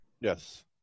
yes